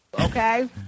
Okay